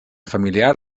familiar